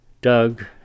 Doug